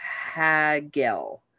HAGEL